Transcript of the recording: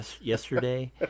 yesterday